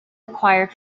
required